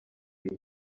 ibi